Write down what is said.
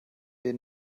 den